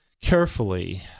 carefully